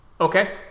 Okay